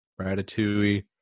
Ratatouille